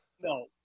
No